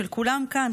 של כולם כאן,